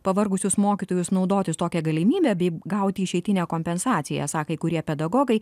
pavargusius mokytojus naudotis tokia galimybe bei gauti išeitinę kompensaciją esą kai kurie pedagogai